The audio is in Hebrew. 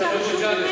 לא, לא, זה חשוב.